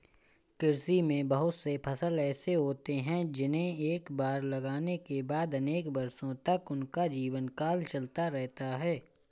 कृषि में बहुत से फसल ऐसे होते हैं जिन्हें एक बार लगाने के बाद अनेक वर्षों तक उनका जीवनकाल चलता रहता है